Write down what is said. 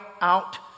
out